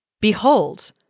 behold